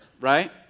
right